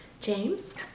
James